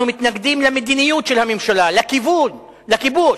אנחנו מתנגדים למדיניות של הממשלה, לכיבוש.